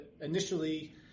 initially